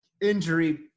Injury